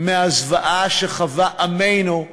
מהזוועות שחווה עמנו,